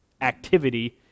activity